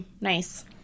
nice